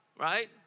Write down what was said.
right